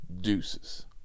Deuces